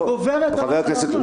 ב-13:00 היא גוברת על ההחלטה הקודמת.